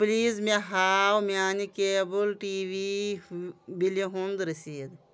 please مےٚ ہاو میانہِ کیبٕل ٹی وی بِلہِ ہُنٛد رٔسیٖد